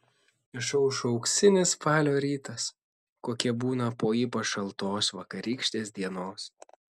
išaušo auksinis spalio rytas kokie būna po ypač šaltos vakarykštės dienos